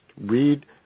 Read